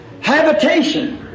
habitation